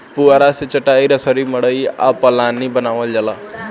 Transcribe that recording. पुआरा से चाटाई, रसरी, मड़ई आ पालानी बानावल जाला